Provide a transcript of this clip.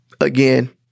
again